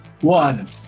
One